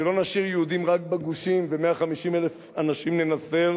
שלא נשאיר יהודים רק בגושים ו-150,000 אנשים ננסר